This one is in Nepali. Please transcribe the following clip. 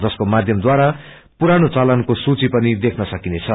जसको माध्यमद्वारा पुरानो चालनको सूची पनि देख्न सकिनेछ